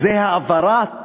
זה העברת